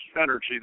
energy